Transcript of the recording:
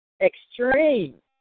extreme